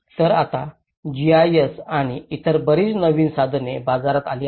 तर आता जीआयएस आणि इतर बरीच नवीन साधने बाजारात आली आहेत